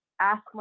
ask